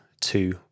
two